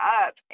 up